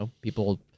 People